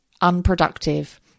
unproductive